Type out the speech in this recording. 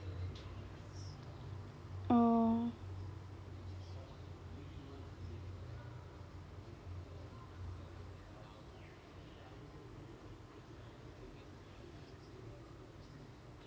oh